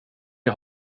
jag